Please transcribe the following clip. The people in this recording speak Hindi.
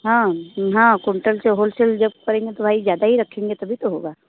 हाँ हाँ कुंटल से होलसेल जब करेंगे तो भाई ज़्यादा ही रखेंगे तभी तो होगा